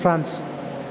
France